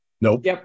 Nope